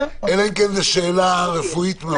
אלא אם כן זו שאלה רפואית מאוד.